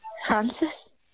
Francis